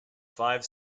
five